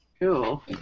Cool